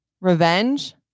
Revenge